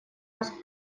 раз